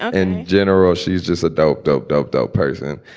and general, she's just a dope, dope, dope, though. person